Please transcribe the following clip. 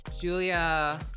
Julia